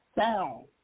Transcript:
sound